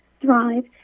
thrive